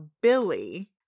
Billy